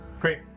Great